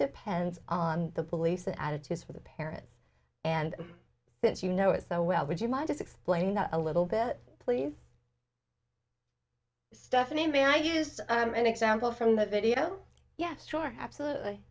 depends on the police attitudes for the parents and since you know it so well would you mind just explain that a little bit please stephanie may i used an example from the video yes absolutely